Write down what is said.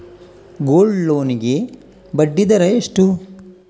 Gold loan ಗೆ ಬಡ್ಡಿ ದರ ಎಷ್ಟು?